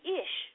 ish